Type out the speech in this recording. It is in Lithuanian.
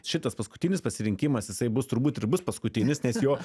šitas paskutinis pasirinkimas jisai bus turbūt ir bus paskutinis nes jo